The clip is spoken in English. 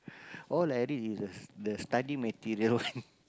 all I read is the the study material [one]